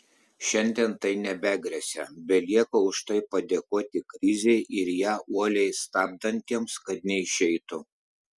šiandien tai nebegresia belieka už tai padėkoti krizei ir ją uoliai stabdantiesiems kad neišeitų